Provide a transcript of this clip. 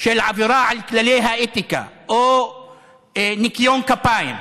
של עבירה על כללי האתיקה או ניקיון כפיים,